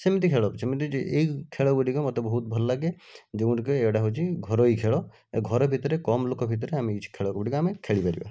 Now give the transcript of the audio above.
ସେମିତି ଖେଳ ଯେମିତି ଯେ ଏଇ ଖେଳଗୁଡ଼ିକ ମୋତେ ବହୁତ ଭଲ ଲାଗେ ଯେଉଁଗୁଡ଼ିକ ଏଗୁଡ଼ାକ ହେଉଛି ଘରୋଇ ଖେଳ ଏ ଘର ଭିତରେ କମ୍ ଲୋକ ଭିତରେ ଆମେ କିଛି ଖେଳଗୁଡ଼ିକୁ ଆମେ ଖେଳି ପାରିବା